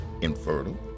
infertile